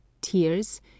tears